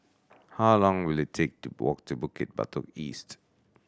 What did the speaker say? how long will it take to walk to Bukit Batok East